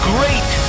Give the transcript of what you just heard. Great